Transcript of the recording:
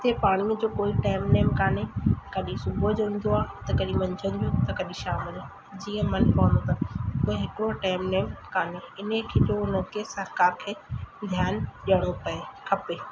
हिते पाणीअ जो कोई टाइम नेम कोन्हे कॾहिं सुबुह जो ईंदो आहे त कॾहिं मंझंदि जो त कॾहिं शाम जो जीअं मन पवंदो त कोई हिकिड़ो टाइम नेम कोन्हे इन खे पोइ उन खे सरकार खे ध्यान ॾियणो पए खपे